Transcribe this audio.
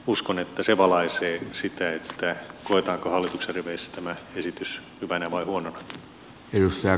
uskon että se valaisee sitä koetaanko hallituksen riveissä tämä esitys hyvänä vai huonona